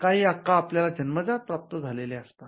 काही हक्क आपल्याला जन्मजात प्राप्त झालेले असतात